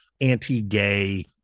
anti-gay